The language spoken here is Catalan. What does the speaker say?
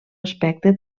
aspecte